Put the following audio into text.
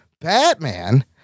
Batman